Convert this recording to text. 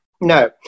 No